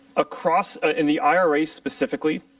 across, in the ira specifically,